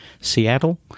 Seattle